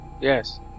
Yes